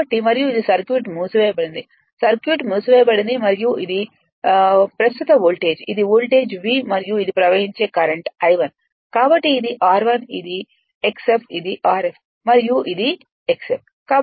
కాబట్టి మరియు ఇది సర్క్యూట్ మూసివేయబడింది సర్క్యూట్ మూసివేయబడింది మరియు ఇది ప్రస్తుత వోల్టేజ్ ఇది వోల్టేజ్ v మరియు ఇది ప్రవహించే కరెంట్I1 కాబట్టి ఇది r1 ఇది x1 ఇది Rf మరియు ఇది x f